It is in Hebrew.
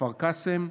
כפר קאסם,